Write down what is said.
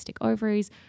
ovaries